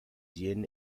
yin